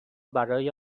برای